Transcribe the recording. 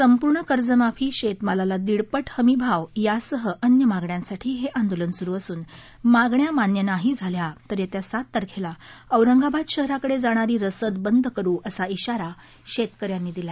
संपूर्ण कर्जमाफी शेतमालाला दीडप हमीभाव यासह इतर मागण्यांसाठी हे आंदोलन सुरु असून मागण्या मान्य नाही झाल्या तर येत्या सात तारखेला औरंगाबाद शहराकडे जाणारी रसद बंद करु असा इशारा शेतकऱ्यांनी यावेळी दिला